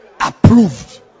approved